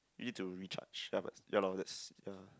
you need to recharge ya but ya lor that's ya